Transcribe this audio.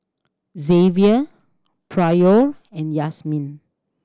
Zavier Pryor and Yazmin